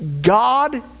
god